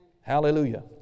Hallelujah